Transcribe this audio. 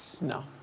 No